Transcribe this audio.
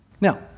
Now